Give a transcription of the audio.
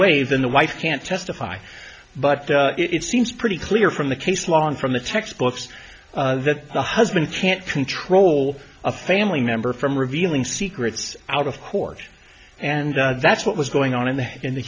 waive the wife can't testify but it seems pretty clear from the case long from the textbooks that the husband can't control a family member from revealing secrets out of court and that's what was going on in the in the